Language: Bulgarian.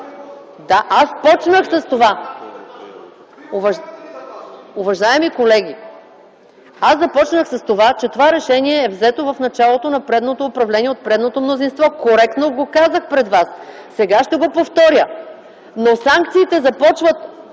от ГЕРБ.) Уважаеми колеги, аз започнах с това, че решението е взето в началото на предното управление от предното мнозинство. Коректно го казах пред вас. Сега ще го повторя, но санкциите започват